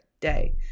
day